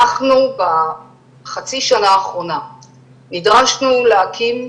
אנחנו בחצי השנה האחרונה נדרשנו להקים,